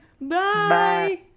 Bye